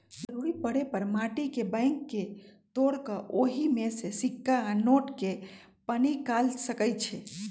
जरूरी परे पर माटी के बैंक के तोड़ कऽ ओहि में से सिक्का आ नोट के पनिकाल सकै छी